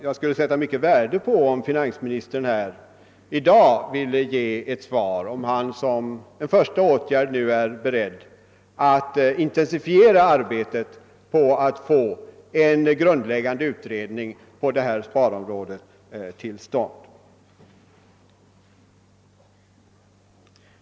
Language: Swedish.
Jag skulle sätta värde på om finansministern i dag ville ge ett svar på frågan, huruvida han som en första åtgärd är beredd att intensifiera arbetet med en grundläggande utredning på sparområdet.